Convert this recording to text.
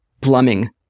plumbing